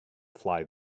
fly